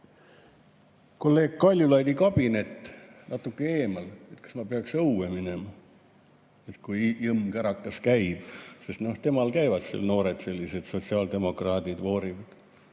on kolleeg Kaljulaidi kabinet natuke eemal, kas ma peaks õue minema, sest kui jõmmkärakas käib ... Temal käivad seal noored, sellised sotsiaaldemokraadid voorivad.